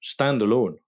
standalone